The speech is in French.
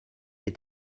est